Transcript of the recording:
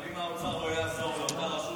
אבל אם האוצר לא יעזור לאותה רשות